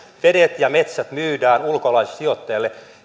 vedet ja metsät myydään ulkolaisille sijoittajille